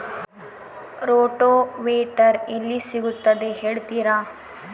Rotavator ಎಲ್ಲಿ ಸಿಗುತ್ತದೆ ಹೇಳ್ತೇರಾ?